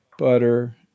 butter